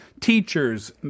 teachers